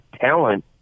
talent